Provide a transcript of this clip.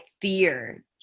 fear